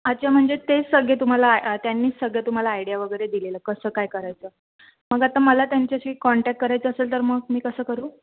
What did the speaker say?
अच्छा म्हणजे तेच सगळे तुम्हाला त्यांनीच सगळं तुम्हाला आयडिया वगैरे दिलेलं कसं काय करायचं मग आता मला त्यांच्याशी काँटॅक करायचं असेल तर मग मी कसं करू